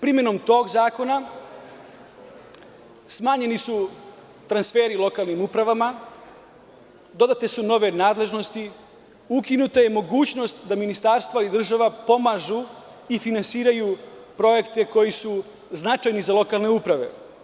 Primenom tog zakona smanjeni su transferi lokalnim upravama, dodate su nove nadležnosti, ukinuta je mogućnost da ministarstva i država pomažu i finansiraju projekte koji su značajni za lokalne uprave.